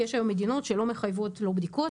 כי יש היום מדינות שלא מחייבות בדיקות,